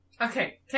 Okay